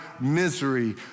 misery